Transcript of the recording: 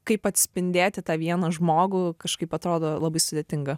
kaip atspindėti tą vieną žmogų kažkaip atrodo labai sudėtinga